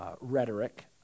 Rhetoric